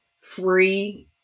free